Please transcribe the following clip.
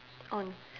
on